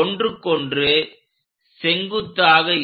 ஒன்றுக்கொன்று செங்குத்தாக இருக்கும்